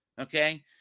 okay